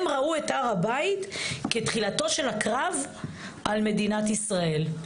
הם ראו את הר הבית כתחילתו של הקרב על מדינת ישראל.